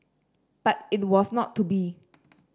but it was not to be